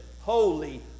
Holy